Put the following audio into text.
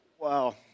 Wow